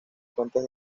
fuentes